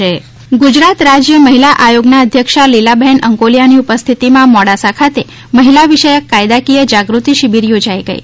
શિબીર ગુજરાત રાજ્ય મહિલા આથીગના આધ્યક્ષા લીલાબહેન અંકોલિયાની ઉપસ્થિતિ માં મોડાસા ખાતે મહિલા વિષયક કાયદાકીય જાગૃતિ શિબિર યોજાઇ ગઈ